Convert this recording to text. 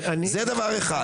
זה דבר אחד.